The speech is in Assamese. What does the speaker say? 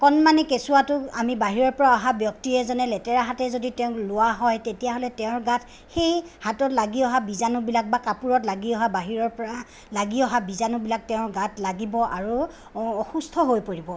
কণমানি কেঁচুৱাটোক আমি বাহিৰৰ পৰা অহা ব্যক্তি এজনে যদি লেতেৰা হাতেৰে যদি তেওঁক লোৱা হয় তেতিয়া হ'লে তেওঁৰ গাত সেই হাতত লাগি অহা বীজাণুবিলাক বা কাপোৰত লাগি অহা বাহিৰৰ পৰা লাগি অহা বীজাণুবিলাক গাত লাগিব আৰু অসুস্থ হৈ পৰিব